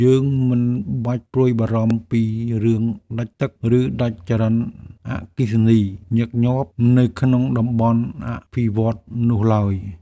យើងមិនបាច់ព្រួយបារម្ភពីរឿងដាច់ទឹក ឬដាច់ចរន្តអគ្គិសនីញឹកញាប់ នៅក្នុងតំបន់អភិវឌ្ឍន៍នោះឡើយ។